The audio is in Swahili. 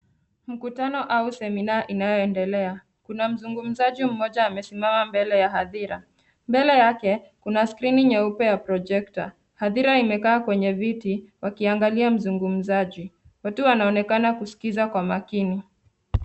Mkutano au seminar inayoendelea, kuna mzungumzaji mmoja ambaye amesimama mbele ya hadhira, mbele yake kuna screen nyeupe ya projector , hadhira imekaa kwenye viti wakiangalia mzungumzaji, watu wanaonekana kuskiza kwa makini.